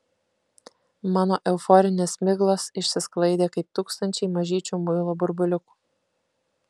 mano euforinės miglos išsisklaidė kaip tūkstančiai mažyčių muilo burbuliukų